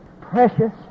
precious